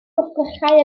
gwrthrychau